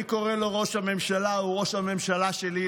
אני קורא לו "ראש הממשלה"; הוא ראש הממשלה שלי,